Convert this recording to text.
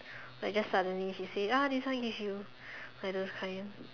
liek suddenlt she said ah this one give you like those kind